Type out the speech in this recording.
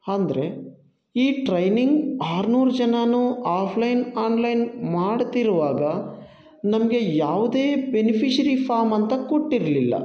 ಅಂದ್ರೆ ಈ ಟ್ರೈನಿಂಗ್ ಆರ್ನೂರು ಜನರೂ ಆಫ್ಲೈನ್ ಆನ್ಲೈನ್ ಮಾಡ್ತಿರುವಾಗ ನಮಗೆ ಯಾವುದೇ ಬೆನಿಫಿಶರಿ ಫಾರ್ಮ್ ಅಂತ ಕೊಟ್ಟಿರಲಿಲ್ಲ